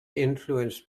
influenced